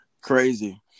Crazy